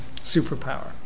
superpower